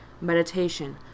meditation